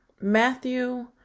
Matthew